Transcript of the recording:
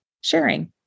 sharing